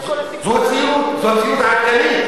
זה כל הסיפור, זאת הציונות העדכנית.